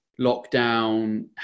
lockdown